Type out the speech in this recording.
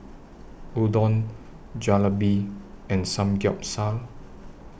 Udon Jalebi and Samgeyopsal